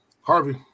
Harvey